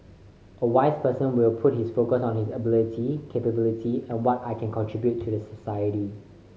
a wise person will put his focus on his ability capability and what I can contribute to the society